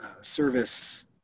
service